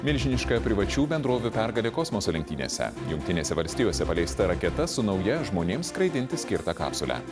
milžiniška privačių bendrovių pergalė kosmoso lenktynėse jungtinėse valstijose paleista raketa su nauja žmonėms skraidinti skirta kapsule